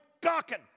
gawking